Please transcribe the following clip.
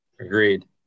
Agreed